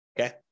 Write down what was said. Okay